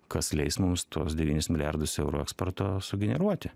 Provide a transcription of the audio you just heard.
kas leis mums tuos devynis milijardus eurų eksporto sugeneruoti